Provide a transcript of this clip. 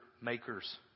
makers